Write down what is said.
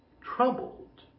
troubled